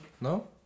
No